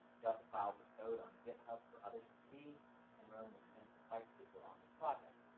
she also filed the code on github for others to see and wrote an extensive white paper on the project.